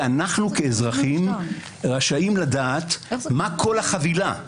ואנחנו, כאזרחים, רשאים לדעת מה כל החבילה,